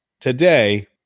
today